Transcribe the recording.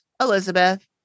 elizabeth